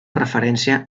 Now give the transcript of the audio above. referència